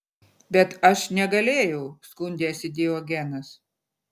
bet aš negalėjau skundėsi diogenas